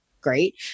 Great